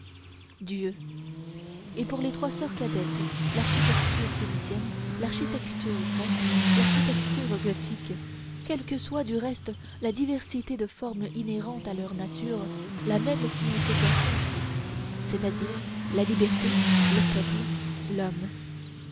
dieu et pour les trois soeurs cadettes l'architecture phénicienne l'architecture grecque l'architecture gothique quelle que soit du reste la diversité de forme inhérente à leur nature la même signification aussi c'est-à-dire la liberté le peuple l'homme